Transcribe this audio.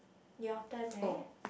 your turn right